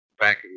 back